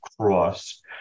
cross